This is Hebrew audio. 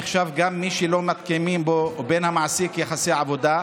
עובד נחשב גם מי שלא מתקיימים בו ובין המעסיק יחסי עבודה,